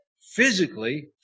physically